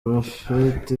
prophet